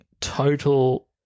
total